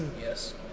Yes